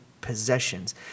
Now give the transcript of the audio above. possessions